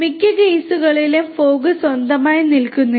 മിക്ക കേസുകളിലും ഫോഗ് സ്വന്തമായി നിൽക്കുന്നില്ല